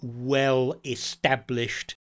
well-established